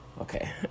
Okay